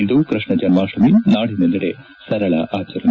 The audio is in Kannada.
ಇಂದು ಕೃಷ್ಣ ಜನ್ಮಾಷ್ಟಮಿ ನಾಡಿನೆಲ್ಲೆಡೆ ಸರಳ ಆಚರಣೆ